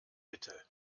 bitte